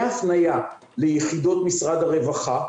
והפניה ליחידות משרד הרווחה,